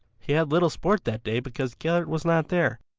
he had little sport that day because gellert was not there,